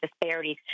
disparities